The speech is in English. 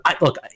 look